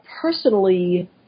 personally